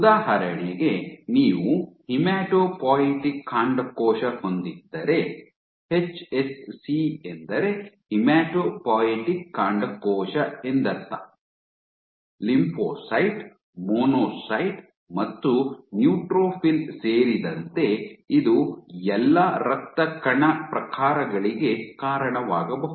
ಉದಾಹರಣೆಗೆ ನೀವು ಹೆಮಟೊಪಯಟಿಕ್ ಕಾಂಡಕೋಶ ಹೊಂದಿದ್ದರೆ ಎಚ್ಎಸ್ಸಿ ಎಂದರೆ ಹೆಮಟೊಪಯಟಿಕ್ ಕಾಂಡಕೋಶ ಎಂದರ್ಥ ಲಿಂಫೋಸೈಟ್ ಮೊನೊಸೈಟ್ ಮತ್ತು ನ್ಯೂಟ್ರೋಫಿಲ್ ಸೇರಿದಂತೆ ಇದು ಎಲ್ಲಾ ರಕ್ತ ಕಣ ಪ್ರಕಾರಗಳಿಗೆ ಕಾರಣವಾಗಬಹುದು